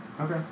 Okay